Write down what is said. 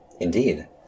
indeed